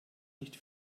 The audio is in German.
nicht